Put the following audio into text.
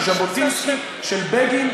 של ז'בוטינסקי ודאי,